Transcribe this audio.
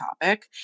topic